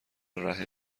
رحم